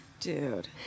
dude